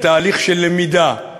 בתהליך של למידה.